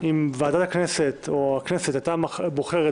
אם ועדת הכנסת או הכנסת הייתה בוחרת